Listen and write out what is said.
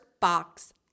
box